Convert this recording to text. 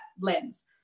lens